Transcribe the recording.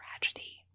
tragedy